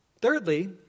Thirdly